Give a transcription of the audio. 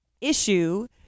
issue